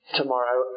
tomorrow